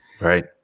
Right